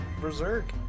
berserk